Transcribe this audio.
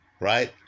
right